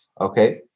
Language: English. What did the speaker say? okay